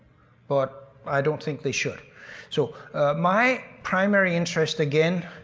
but i don't think they should so my primary interest, again,